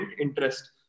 interest